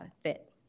fit